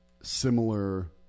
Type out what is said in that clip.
similar